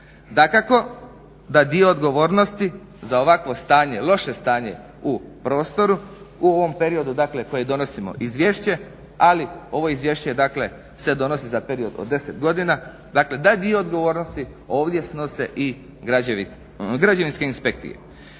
Dakako da dio odgovornosti za ovakvo stanje, loše stanje u prostoru, u ovom periodu dakle koji donosimo izvješće ali ovo izvješće dakle se donosi za period od 10 godina, dakle da dio odgovornosti ovdje snose i građevinske inspekcije.